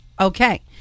Okay